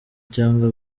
cyangwa